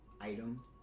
item